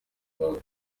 mwaka